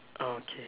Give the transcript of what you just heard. okay